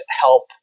help